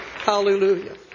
Hallelujah